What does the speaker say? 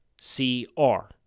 C-R